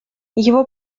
его